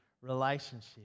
relationship